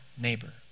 neighbor